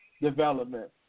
development